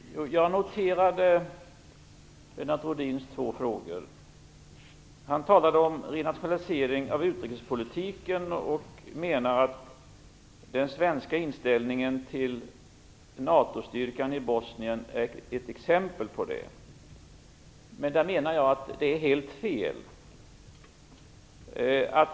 Herr talman! Jag noterade Lennart Rohdins två frågor. Han talade om en renationalisering av utrikespolitiken och menar att den svenska inställningen till NATO-styrkan i Bosnien är ett exempel på det. Jag menar att det är helt fel.